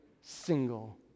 single